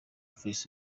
forex